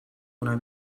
una